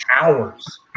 hours